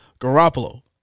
Garoppolo